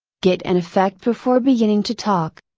get an effect before beginning to talk.